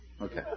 Okay